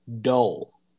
dull